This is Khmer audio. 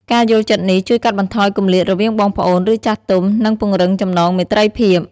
ការយល់ចិត្តនេះជួយកាត់បន្ថយគម្លាតរវាងបងប្អូន ឬចាស់ទុំ និងពង្រឹងចំណងមេត្រីភាព។